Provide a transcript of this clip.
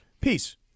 Peace